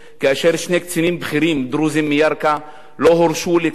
כאשר שני קצינים בכירים דרוזים מירכא לא הורשו להיכנס